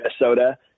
Minnesota